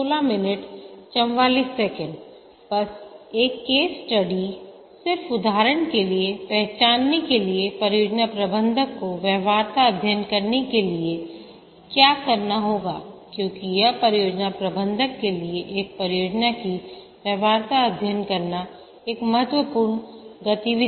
बस एक case study सिर्फ उदाहरण के लिए पहचानने के लिए परियोजना प्रबंधक को व्यवहार्यता अध्ययन करने के लिए क्या करना होगा क्योंकि यह परियोजना प्रबंधक के लिए एक परियोजना की व्यवहार्यता अध्ययन करना एक महत्वपूर्ण गतिविधि है